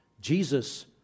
Jesus